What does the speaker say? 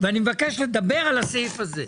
ואני מבקש לדבר על הסעיף הזה.